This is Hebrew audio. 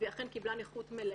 והיא אכן קיבלה נכות מלאה.